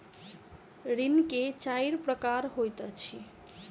ऋण के चाइर प्रकार होइत अछि